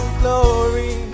glory